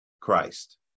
christ